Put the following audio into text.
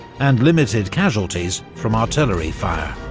and limited casualties from artillery fire.